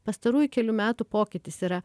pastarųjų kelių metų pokytis yra